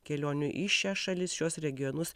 kelionių į šias šalis šiuos regionus